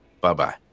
Bye-bye